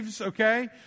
Okay